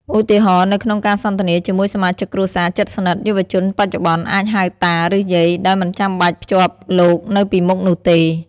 ឧទាហរណ៍ នៅក្នុងការសន្ទនាជាមួយសមាជិកគ្រួសារជិតស្និទ្ធ យុវជនបច្ចុប្បន្នអាចហៅតា ឬយាយ ដោយមិនចាំបាច់ភ្ជាប់លោកនៅពីមុខនោះទេ។